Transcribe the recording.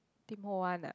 Tim-Ho-Wan ah